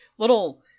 little